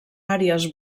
àrees